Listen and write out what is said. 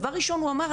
דבר ראשון הוא אמר,